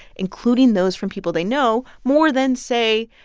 including those from people they know, more than, say,